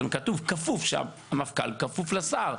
כתוב שם שהמפכ"ל כפוף לשר.